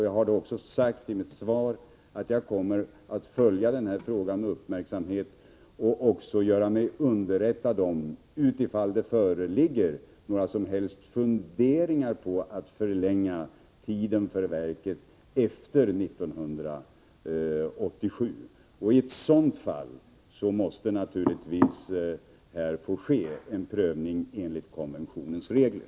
Jag har också sagt i mitt svar att jag kommer att följa frågan med uppmärksamhet och göra mig underrättad ifall det föreligger några som helst funderingar på en förlängning av tiden för verket efter 1987. I ett sådant fall måste naturligtvis en prövning få ske enligt konventionens regler.